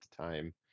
time